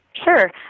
Sure